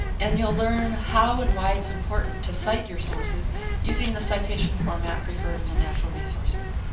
and you'll learn how and why it's important to cite your sources using the citation format preferred in the natural resources.